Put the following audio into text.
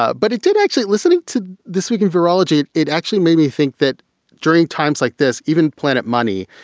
ah but it didn't actually listening to this week in virology, it it actually made me think that during times like this, even planet money,